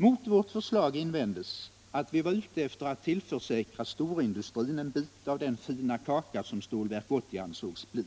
Mot vårt förslag invändes att vi var ute efter att tillförsäkra storindustrin en bit av den fina kaka som Stålverk 80 ansågs bli.